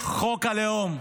חוק הלאום,